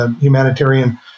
humanitarian